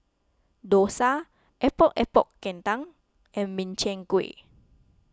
Dosa Epok Epok Kentang and Min Chiang Kueh